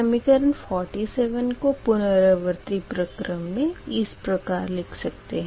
समीकरण 47 को पुनरावृत्ति प्रक्रम में इस प्रकार लिख सकते हैं